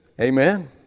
Amen